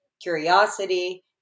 curiosity